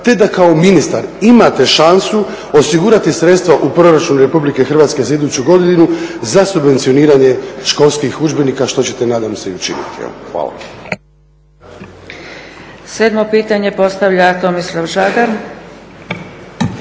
te da kao ministar imate šansu osigurati sredstva u proračunu RH za iduću godinu za subvencioniranje školskih udžbenika što ćete nadam se i učiniti. Hvala. **Zgrebec, Dragica (SDP)** 7.pitanje postavlja Tomislav Žagar.